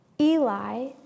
Eli